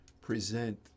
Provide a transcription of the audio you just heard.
present